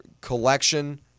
collection